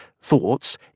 thoughts